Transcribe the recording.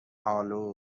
آلود